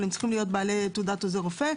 אבל הם צריכים להיות בעלי תעודת עוזר רופא,